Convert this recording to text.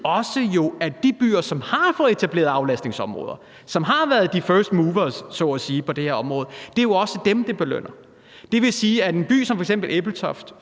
også de byer, som har fået etableret aflastningsområder, som har været firstmovers så at sige på det her område, det belønner. Det vil sige, at en by som f.eks. Ebeltoft